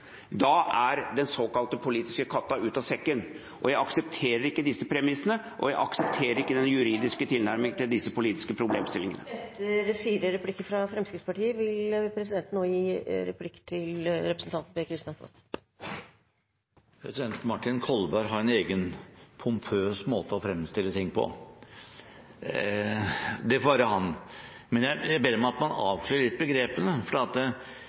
Da er den såkalte politiske katta ute av sekken. Jeg aksepterer ikke disse premissene, og jeg aksepterer ikke den juridiske tilnærmingen til disse politiske problemstillingene. Representanten Martin Kolberg har en egen, pompøs måte å fremstille ting på. Det får være opp til ham. Men jeg ber om at han avkler begrepene litt,